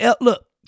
Look